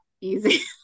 easy